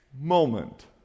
moment